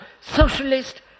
socialist